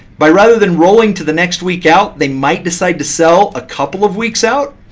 but rather than rolling to the next week out, they might decide to sell a couple of weeks out.